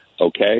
Okay